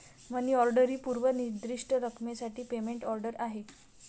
मनी order ही पूर्व निर्दिष्ट रकमेसाठी पेमेंट ऑर्डर आहे